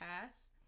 pass